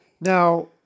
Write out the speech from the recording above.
Now